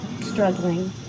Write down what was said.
struggling